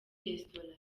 restaurant